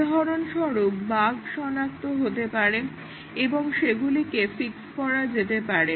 উদাহরণস্বরূপ বাগ সনাক্ত হতে পারে এবং সেগুলিকে ফিক্স করা যেতে পারে